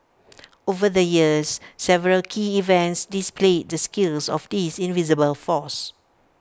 over the years several key events displayed the skills of this invisible force